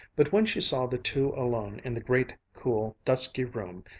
but when she saw the two alone in the great, cool, dusky room,